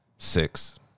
Six